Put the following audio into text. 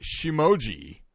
Shimoji